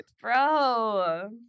Bro